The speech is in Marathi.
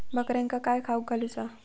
बकऱ्यांका काय खावक घालूचा?